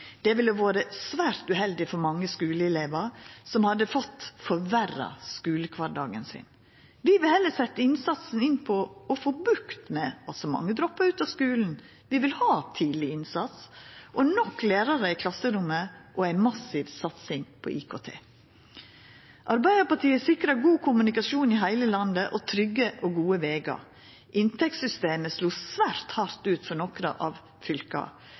Det ville vore svært uheldig for mange skuleelever, som hadde fått forverra skulekvardagen sin. Vi vil heller setja innsatsen inn på å få bukt med at så mange droppar ut av skulen, vi vil ha tidleg innsats, nok lærarar i klasserommet og ei massiv satsing på IKT. Arbeidarpartiet sikrar god kommunikasjon i heile landet og trygge og gode vegar. Inntektssystemet slo svært hardt ut for nokre av fylka.